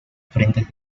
frentes